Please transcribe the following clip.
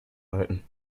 halten